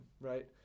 right